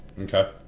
Okay